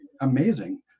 amazing